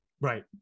Right